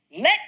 Let